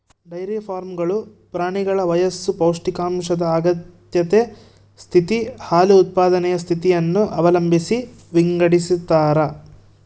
dairy ಫಾರ್ಮ್ಗಳು ಪ್ರಾಣಿಗಳ ವಯಸ್ಸು ಪೌಷ್ಟಿಕಾಂಶದ ಅಗತ್ಯತೆ ಸ್ಥಿತಿ, ಹಾಲು ಉತ್ಪಾದನೆಯ ಸ್ಥಿತಿಯನ್ನು ಅವಲಂಬಿಸಿ ವಿಂಗಡಿಸತಾರ